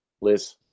Liz